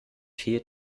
vier